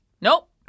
nope